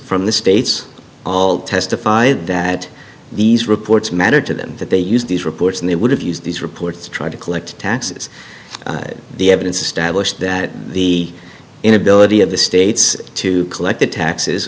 from the states all testified that these reports mattered to them that they used these reports and they would have used these reports tried to collect taxes the evidence established that the inability of the states to collect the taxes